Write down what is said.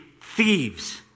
thieves